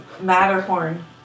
Matterhorn